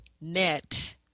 Net